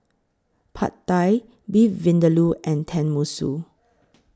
Pad Thai Beef Vindaloo and Tenmusu